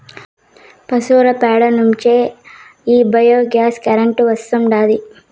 పశువుల పేడ చెత్త నుంచే ఈ బయోగ్యాస్ కరెంటు వస్తాండాది